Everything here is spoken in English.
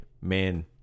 man